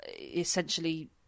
essentially